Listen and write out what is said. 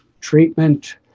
treatment